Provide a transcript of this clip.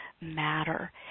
matter